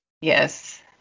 Yes